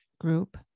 group